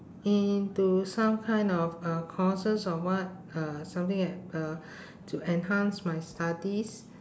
into some kind of uh courses or what uh something like uh to enhance my studies